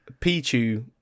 Pichu